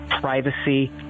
privacy